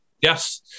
Yes